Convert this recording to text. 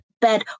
bed